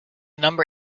number